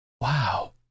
Wow